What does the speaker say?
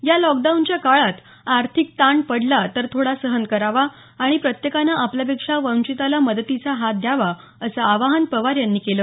या लॉकडाऊनच्या काळात आर्थिक ताण पडला तर थोडा सहन करावा आणि प्रत्येकाने आपल्यापेक्षा वंचिताला मदतीचा हात द्यावा असं आवाहन पवार यांनी केलं